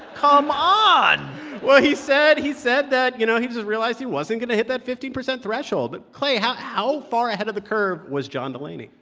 come on well, he said he said that, you know, he just realized he wasn't going to hit that fifteen percent threshold. but clay, how how far ahead of the curve was john delaney?